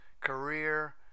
career